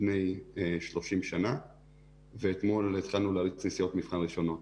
בני 30 שנה ואתמול התחלנו להריץ נסיעות מבחן ראשונות.